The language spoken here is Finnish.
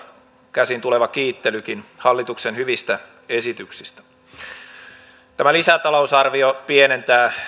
käsin tuleva kiittelykin hallituksen hyvistä esityksistä lisätalousarvio pienentää